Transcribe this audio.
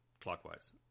clockwise